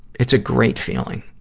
it's a great feeling.